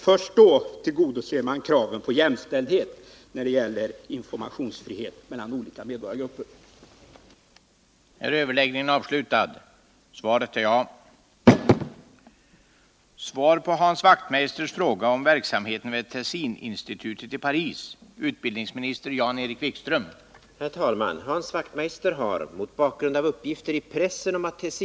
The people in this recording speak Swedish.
Först då tillgodoser man kravet på jämställdhet mellan olika medborgargrupper när det gäller informationsfrihet.